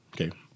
Okay